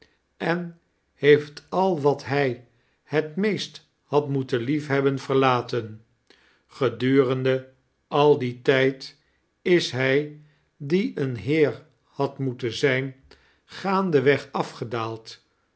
en heeft al wat hfj het meest had moeten liefhebben verlaten gedurende al dien tijd is hij die een heer had moeten zijn gaandeweg afgedaald